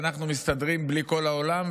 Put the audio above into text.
ואנחנו מסתדרים בלי כל העולם,